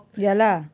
ya lah